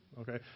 okay